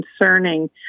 concerning